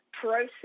process